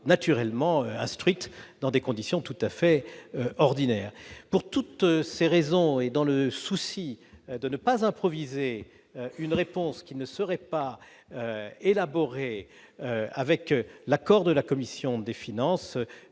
naturellement instruite dans des conditions tout à fait ordinaires. Pour toutes ces raisons, et dans le souci de ne pas improviser une réponse qui ne serait pas élaborée avec l'accord de la commission des finances,